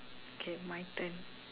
okay my turn